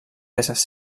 peces